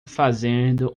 fazendo